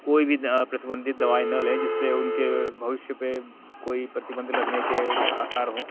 कोई भी प्रतिबंधित दवाई न लें जिससे उनके भविष्य पर कोई प्रतिबंध लगने के आसार हो